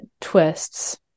twists